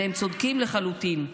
והם צודקים לחלוטין.